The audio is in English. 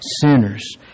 sinners